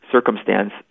circumstance